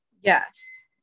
Yes